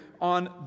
on